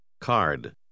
Card